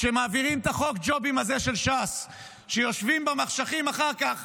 כשמעבירים את חוק הג'ובים הזה של ש"ס ויושבים במחשכים אחר כך